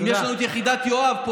יש עוד יחידת יואב,